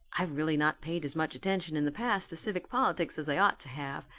i've really not paid as much attention in the past to civic politics as i ought to have.